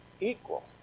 equal